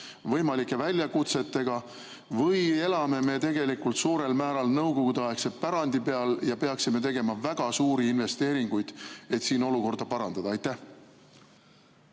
võimalike väljakutsetega või elame me tegelikult suurel määral nõukogudeaegse pärandi toel ja peaksime tegema väga suuri investeeringuid, et olukorda parandada? Aitäh,